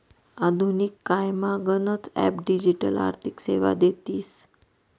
आधुनिक कायमा गनच ॲप डिजिटल आर्थिक सेवा देतीस